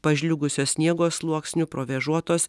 pažliugusio sniego sluoksniu provėžotos